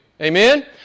Amen